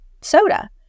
soda